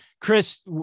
Chris